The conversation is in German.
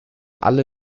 alle